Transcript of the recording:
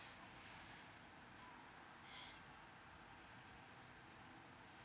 oh